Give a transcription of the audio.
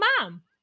mom